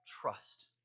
trust